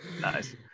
nice